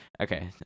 Okay